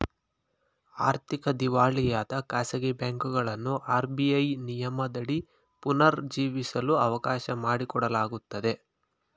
ಆರ್ಥಿಕ ದಿವಾಳಿಯಾದ ಖಾಸಗಿ ಬ್ಯಾಂಕುಗಳನ್ನು ಆರ್.ಬಿ.ಐ ನಿಯಮದಡಿ ಪುನರ್ ಜೀವಿಸಲು ಅವಕಾಶ ಮಾಡಿಕೊಡಲಾಗುತ್ತದೆ